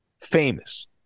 famous